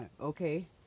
Okay